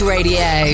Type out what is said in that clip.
Radio